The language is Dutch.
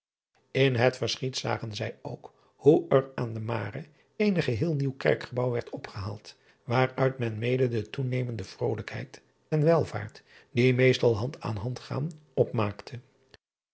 n het verschiet zagen zij ook hoe or aan de are eene geheel nieuw erkgebouw werd opgehaald waaruit men mede de toenemende volkrijkheid en welvaart die meestal hand aan hand gaan opmaakte